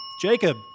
Jacob